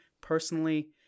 Personally